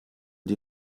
die